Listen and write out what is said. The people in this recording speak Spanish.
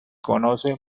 conoce